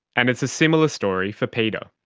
and it's a similar story for peter.